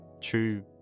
true